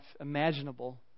imaginable